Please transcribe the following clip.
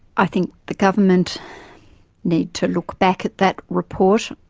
i think the government need to look back at that report,